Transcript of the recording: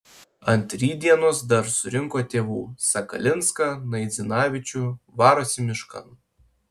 ant rytdienos dar surinko tėvų sakalinską naidzinavičių varosi miškan